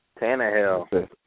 Tannehill